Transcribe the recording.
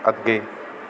ਅੱਗੇ